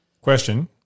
Question